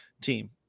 team